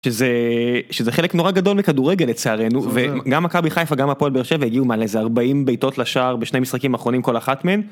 שזה שזה חלק נורא גדול מכדורגל לצערנו וגם מכבי חיפה גם הפועל באר שבע היו על איזה 40 בעיטות לשער בשני משחקים אחרונים כל אחת מהם.